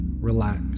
relax